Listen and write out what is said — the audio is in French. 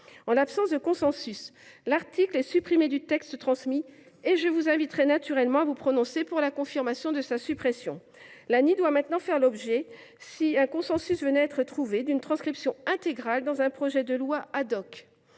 En l’absence de consensus, il a été supprimé du texte qui nous a été transmis – et je vous inviterai naturellement à vous prononcer pour la confirmation de cette suppression. L’ANI doit maintenant faire l’objet, si un consensus venait à être trouvé, d’une transcription intégrale dans un projet de loi.